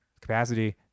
capacity